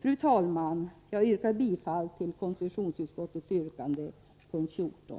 Fru talman! Jag yrkar bifall till konstitutionsutskottets skrivning vid punkt 14.